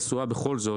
בכל זאת,